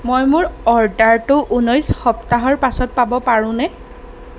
মই মোৰ অৰ্ডাৰটো ঊনৈছ সপ্তাহৰ পাছত পাব পাৰোঁনে